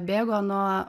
bėgo nuo